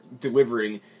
delivering